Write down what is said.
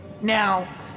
Now